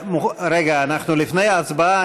אנחנו לפני ההצבעה.